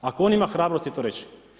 Ako on ima hrabrosti to reći.